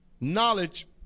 knowledge